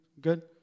Good